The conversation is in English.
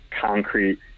concrete